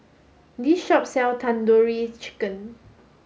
this shop sells Tandoori Chicken